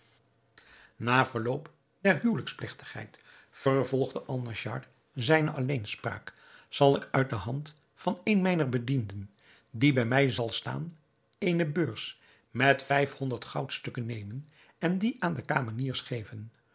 na afloop der huwelijksplegtigheid vervolgde alnaschar zijne alleenspraak zal ik uit de hand van een mijner bedienden die bij mij zal staan eene beurs met vijf-honderd goudstukken nemen en die aan de kameniers geven